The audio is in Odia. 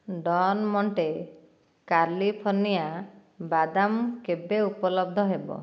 ଡନ୍ ମଣ୍ଟେ କାଲିଫର୍ଣ୍ଣିଆ ବାଦାମ କେବେ ଉପଲବ୍ଧ ହେବ